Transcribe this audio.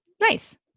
Nice